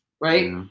right